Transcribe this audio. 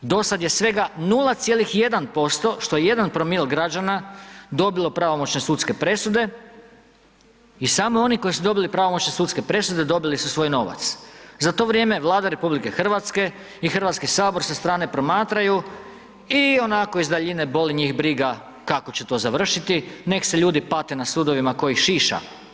Do sad je svega 0,1%, što je 1 promil građana dobilo pravomoćne sudske presude i samo oni koji su dobili pravomoćne sudske presude, dobili su svoj novac, za to vrijeme Vlada Republike Hrvatske i Hrvatski sabor sa strane promatraju i onako iz daljine boli njih briga kako će to završiti, nek' se ljudi pate na sudovima, tko ih šiša.